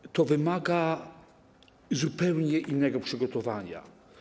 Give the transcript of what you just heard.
I to wymaga zupełnie innego przygotowania.